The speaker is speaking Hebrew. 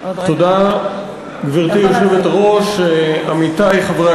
תודה, עוד רגע אחד.